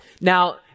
Now